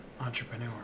entrepreneur